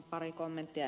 pari kommenttia